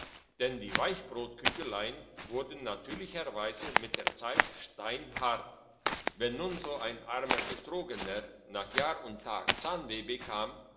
denn die weichbrotkügelein wurden natürlicherweise mit der zeit steinhart wenn nun so ein armer betrogener nach jahr und tag zahnweh bekam